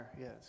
yes